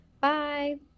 Bye